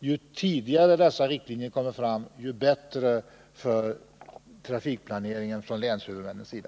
Ju tidigare dessa riktlinjer kommer fram, desto bättre är det för trafikplaneringen från länshuvudmännens sida.